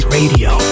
Radio